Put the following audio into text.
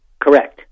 Correct